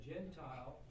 Gentile